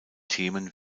themen